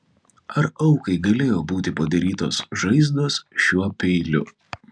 ar aukai galėjo būti padarytos žaizdos šiuo peiliu